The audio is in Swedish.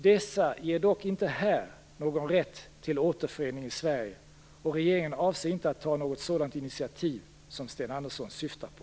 Dessa ger dock inte här någon rätt till återförening i Sverige, och regeringen avser inte att ta något sådant initiativ som Sten Andersson syftar på.